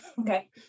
Okay